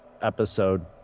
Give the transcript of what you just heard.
episode